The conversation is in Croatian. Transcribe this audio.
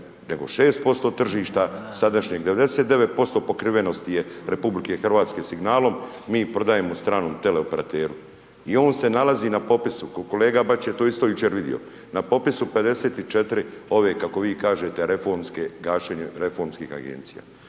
nego 6% tržišta, sadašnjeg 99% pokrivenosti je RH signalom, mi prodajemo stranom teleoperateru i on se nalazi na popisu, kolega Bačić je to isto jučer vidio, na popisu 54 ove, kako vi kažete reformske, gašenje reformskih Agencija.